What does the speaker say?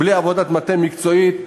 בלי עבודת מטה מקצועית,